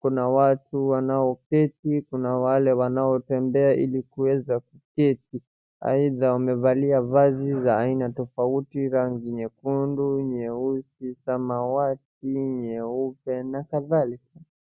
kuna watu wanaoketi, kuna wale wanaotembea ili kuweza kuketi, aidha wamevalia vazi za aina tofauti rangi nyekundu, nyeusi, samawati, nyeupe na kadhalika.